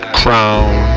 crown